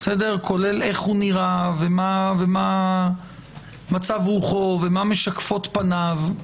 כולל איך הוא נראה ומה מצב רוחו, ומה משקפות פניו,